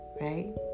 right